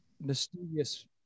mysterious